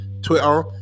Twitter